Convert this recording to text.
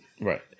Right